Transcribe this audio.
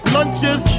Lunches